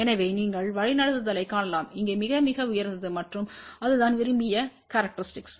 எனவே நீங்கள் வழிநடத்துதலைக் காணலாம் இங்கே மிக மிக உயர்ந்தது மற்றும் அதுதான் விரும்பிய கேரக்டரிஸ்டிக்